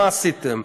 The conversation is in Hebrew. מה עשיתם?